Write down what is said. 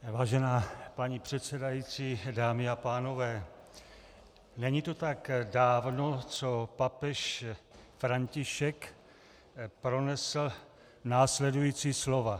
Vážená paní předsedající, dámy a pánové, není to tak dávno, co papež František pronesl následující slova: